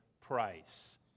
price